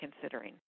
considering